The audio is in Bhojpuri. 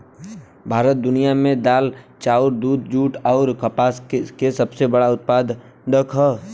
भारत दुनिया में दाल चावल दूध जूट आउर कपास के सबसे बड़ उत्पादक ह